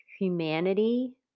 humanity